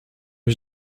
iść